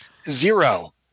Zero